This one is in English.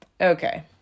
Okay